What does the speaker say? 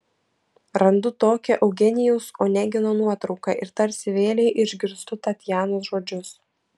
randu tokią eugenijaus onegino nuotrauką ir tarsi vėlei išgirstu tatjanos žodžius